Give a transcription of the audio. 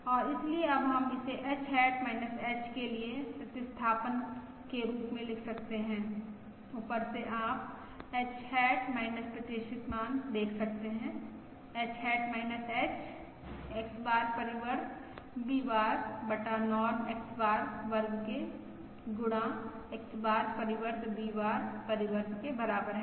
और इसलिए अब हम इसे H हैट H के लिए प्रतिस्थापन के रूप में लिख सकते हैं ऊपर से आप H हैट प्रत्याशित मान देख सकते हैं H hat H X bar परिवर्त V बार बटा नॉर्म X बार वर्ग के गुणा X बार परिवर्त V बार परिवर्त के बराबर है